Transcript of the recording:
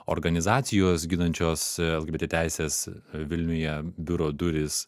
organizacijos ginančios lgbt teises vilniuje biuro durys